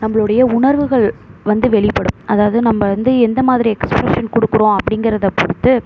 நம்மளுடைய உணர்வுகள் வந்து வெளிப்படும் அதாவது நம்ம வந்து எந்தமாதிரி எக்ஸ்ப்ரெஸ்ஸன் கொடுக்குறோம் அப்படிங்கிறத பொருத்து